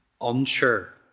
unsure